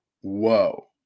whoa